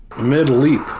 mid-leap